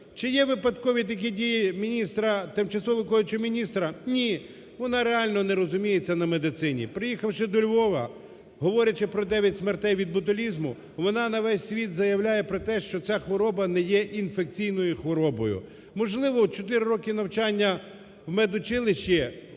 Чи є випадкові такі дії міністра… тимчасово виконуючого міністра? Ні, вона реально не розуміється на медицині. Приїхавши до Львова, говорячи про 9 смертей від ботулізму, вона на весь світ заявляє про те, що ця хвороба не є інфекційною хворобою. Можливо, чотири роки навчання в медучилищі